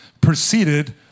proceeded